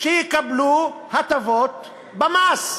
שיקבלו הטבות במס,